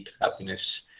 happiness